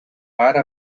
vara